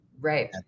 right